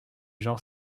gens